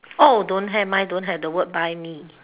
oh don't have mine don't have the word buy me